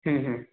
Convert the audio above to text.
হুম হুম